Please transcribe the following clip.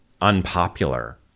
unpopular